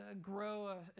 grow